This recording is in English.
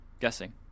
Guessing